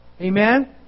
Amen